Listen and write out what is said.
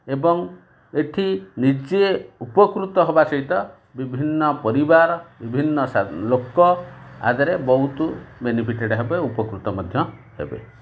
ଏବଂ ଏଠି ନିଜେ ଉପକୃତ ହେବା ସେହିତ ବିଭିନ୍ନ ପରିବାର ବିଭିନ୍ନ ଲୋକ ଆଗରେ ବହୁତ ବେନିଫିଟେଡ଼୍ ହେବେ ଉପକୃତ ମଧ୍ୟ ହେବେ